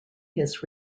his